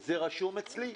זה רשום אצלי.